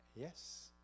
Yes